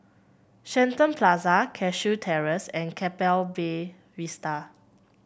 Shenton Plaza Cashew Terrace and Keppel Be Vista